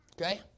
Okay